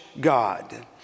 God